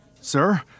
Sir